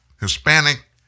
Hispanic